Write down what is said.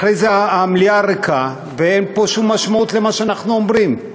אחרי זה המליאה ריקה ואין שום משמעות למה שאנחנו פה אומרים.